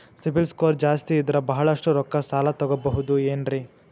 CIBIL score ಜಾಸ್ತಿ ಇದ್ರ ಬಹಳಷ್ಟು ರೊಕ್ಕ ಸಾಲ ತಗೋಬಹುದು ಏನ್ರಿ?